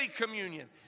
communion